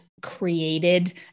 created